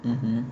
mmhmm